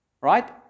Right